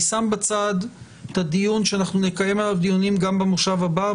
אני שם בצד את הנושא שאנחנו נקיים עליו דיונים גם במושב הבא,